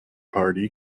party